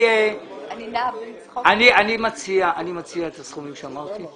אני מציע את הסכומים שאמרתי.